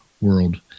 world